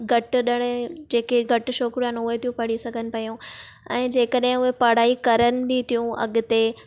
घटि ॾणे जेके घटि छोकिरियूं आहिनि उहे थियूं पढ़ी सघनि पियूं ऐं जेकॾहिं उहे पढ़ाई करनि बि थियूं अॻिते